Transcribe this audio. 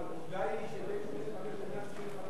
העובדה היא שבין 85,000,